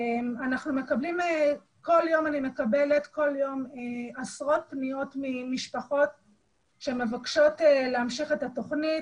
כל יום אני מקבלת עשרות פניות ממשפחות שמבקשות להמשיך את התוכנית